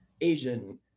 Asian